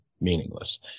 meaningless